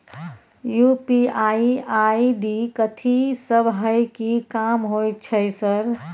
UPI ID कथि सब हय कि काम होय छय सर?